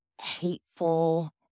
hateful